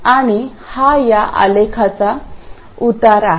आणि हा या आलेखाचा उतार आहे